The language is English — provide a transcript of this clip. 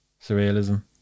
Surrealism